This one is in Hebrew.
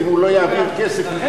טוב, בסדר.